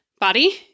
body